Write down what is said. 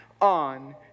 on